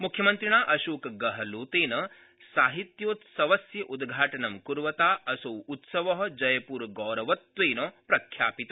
मुख्यमन्त्रिणा अशोकगहलोतेन साहित्योत्सवस्य उद्घाटनं कुर्वता असौ उत्सव जयपुरगौरवत्वेन प्रख्यापित